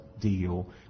deal